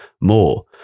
more